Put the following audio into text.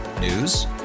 News